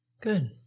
Good